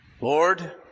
Lord